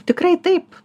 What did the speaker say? tikrai taip